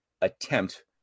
attempt